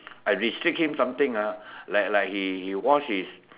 I restrict him something ah like like he he wash his